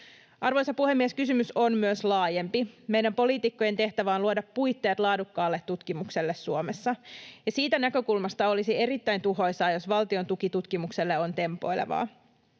Arvoisa puhemies! Kysymys on myös laajempi. Meidän poliitikkojen tehtävä on luoda puitteet laadukkaalle tutkimukselle Suomessa, ja siitä näkökulmasta olisi erittäin tuhoisaa, jos valtion tuki tutkimukselle on tempoilevaa.